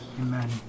Amen